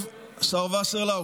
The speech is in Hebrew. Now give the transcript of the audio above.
השר וסרלאוף,